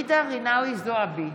ג'ידא רינאוי זועבי,